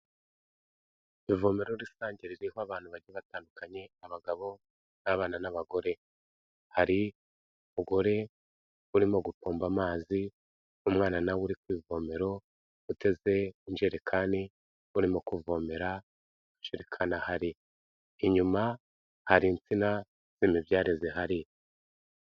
Ivomero rusange ririho abantu bagiye batandukanye, abagabo n'abana n'abagore. Hari umugore urimo gupomba amazi, umwana na we uri ku ivomero uteze injerekani, urimo kuvomera injerekani ahari. Inyuma hari itsina n'imibyare zihari.